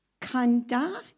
Kanda